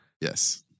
Yes